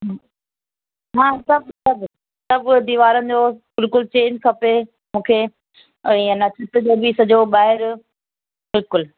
ह्म्म न सभु सभु सभु दीवारुनि जो बिल्कुलु चेंज खपे मूंखे ऐं आहे न उते बि सॼो ॿाहिरि बिल्कुलु